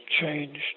changed